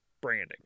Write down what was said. branding